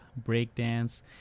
breakdance